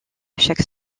chaque